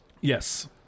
Yes